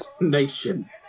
Nation